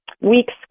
Weeks